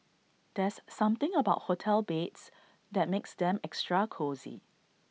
there's something about hotel beds that makes them extra cosy